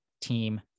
team